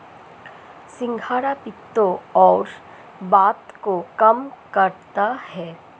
सिंघाड़ा पित्त और वात को कम करता है